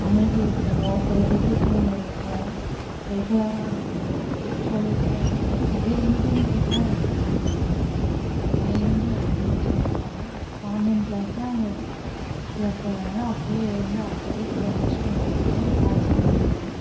அமைதி இருக்கணும் ஒரு டிசிப்ளின் இருக்கும் ரெகுலராக இருப்போம் பஞ்சுவாலிட்டியாக இருப்போம் அதே வீடுன்னு கேட்டால் இல்லை இருக்காது கண்டிப்பாக டைமிங்கே எல்லாமே சேஞ்ச் ஆகும் மார்னிங் க்ளாஸ்னால் அவங்க எப்போ வேணாலும் அப்போயே எழுந்து அப்போயே கூட ப்ரஷ் பண்ணாமல் கூட க்ளாஸ் கவனிக்கலாம்